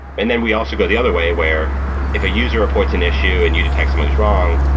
and then we also go the other way where if a user reports an issue and you detect something is wrong,